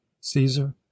caesar